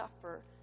suffer